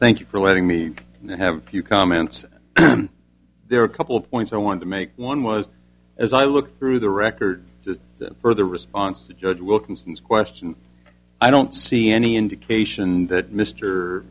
thank you for letting me have a few comments there are a couple points i want to make one was as i look through the record just to further response to judge wilkinson's question i don't see any indication that mr